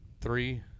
three